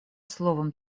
словом